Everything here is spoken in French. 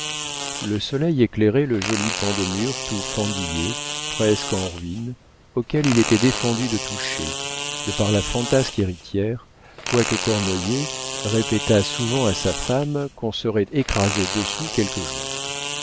le soleil éclairait le joli pan de mur tout fendillé presque en ruines auquel il était défendu de toucher de par la fantasque héritière quoique cornoiller répétât souvent à sa femme qu'on serait écrasé dessous quelque jour